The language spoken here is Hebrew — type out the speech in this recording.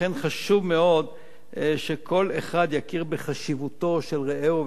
לכן חשוב מאוד שכל אחד יכיר בחשיבותו של רעהו,